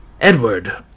Edward